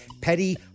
Petty